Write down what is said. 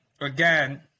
again